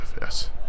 yes